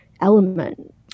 element